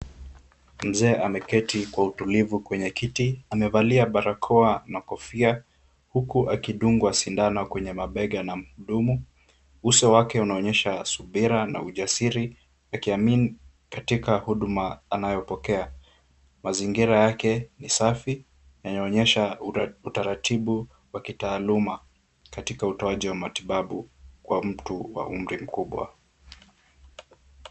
Mzee ameketi kwa utulivu kwenye kiti, amevalia barakoa na kofia, huku akidungwa sindano kwenye mabega na mhudumu, uso wake unaonyesha subira na ujasiri akiamini katika huduma anayopokea, mazingira yake ni safi yanaonyesha utaratibu wa kitaaluma katika utoaji wa matibabu kwa mtu wa umri mkubwa.